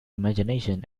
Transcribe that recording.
imagination